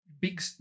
big